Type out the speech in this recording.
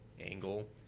angle